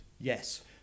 Yes